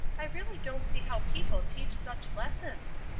i really don't see how people teach such lessons.